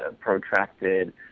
protracted